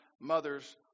mother's